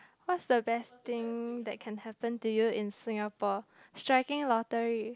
what's the best thing that can happen to you in Singapore striking lottery